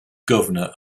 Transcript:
governor